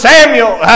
Samuel